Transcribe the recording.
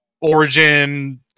Origin